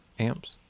amps